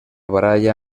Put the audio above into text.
baralla